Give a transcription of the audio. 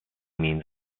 means